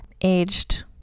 aged